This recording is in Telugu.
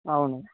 అవును